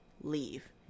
leave